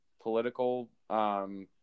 political